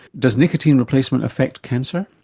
does nicotine replacement affect cancer?